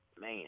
man